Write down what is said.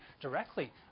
directly